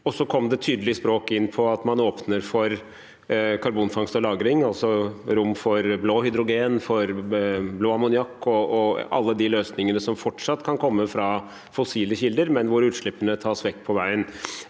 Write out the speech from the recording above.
Så kom det tydelig språk inn om at man åpner for karbonfangst og -lagring, altså et rom for blått hydrogen, blå ammoniakk og alle de løsningene som fortsatt kan komme fra fossile kilder, men hvor utslippene tas vekk på veien.